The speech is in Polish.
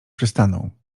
przystanął